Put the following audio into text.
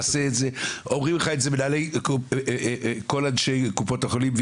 אומרים לך את זה כל אנשי קופות החולים.